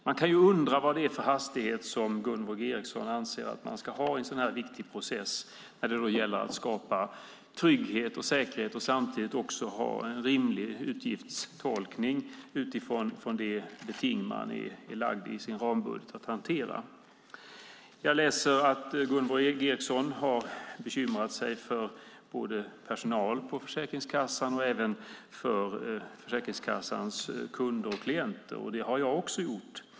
Man kan undra vilken hastighet Gunvor G Ericson anser att man ska ha i en sådan viktig process när det gäller att skapa trygghet och säkerhet och samtidigt också ha en rimlig utgiftstolkning utifrån det beting som man enligt rambudgeten ska hantera. Jag läser att Gunvor G Ericson har bekymrat sig för både personal på Försäkringskassan och Försäkringskassans kunder och klienter. Det har jag också gjort.